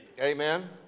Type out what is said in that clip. Amen